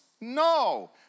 No